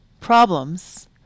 problems